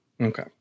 Okay